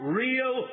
real